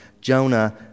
Jonah